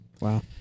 Wow